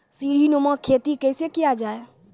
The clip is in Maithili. सीडीनुमा खेती कैसे किया जाय?